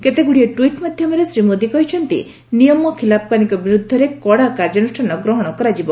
କେତେଗୁଡ଼ିଏ ଟ୍ୱିଟ୍ ମାଧ୍ୟମରେ ଶ୍ରୀ ମୋଦି କହିଛନ୍ତି ନିୟମ ଖିଲାପକାରୀଙ୍କ ବିରୃଦ୍ଧରେ କଡ଼ା କାର୍ଯ୍ୟାନ୍ରଷ୍ଠାନ ଗ୍ରହଣ କରାଯିବ